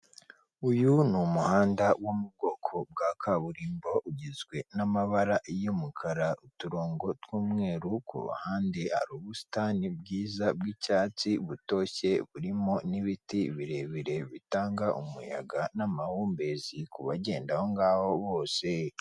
Uyu ni umuhanda wo mu bwoko bwa kaburimbo, ugizwe n'amabara y'umukara, uturongo tw'umweru, kuruhande hari ubusitani bwiza bw'icyatsi butoshye burimo n'ibiti birebire bitanga umuyaga n'amahumbezi, ku bagenda aho ngaho bose.